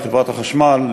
לחברת החשמל,